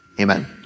Amen